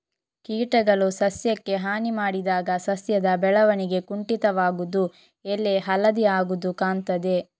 ಕೀಟಗಳು ಸಸ್ಯಕ್ಕೆ ಹಾನಿ ಮಾಡಿದಾಗ ಸಸ್ಯದ ಬೆಳವಣಿಗೆ ಕುಂಠಿತವಾಗುದು, ಎಲೆ ಹಳದಿ ಆಗುದು ಕಾಣ್ತದೆ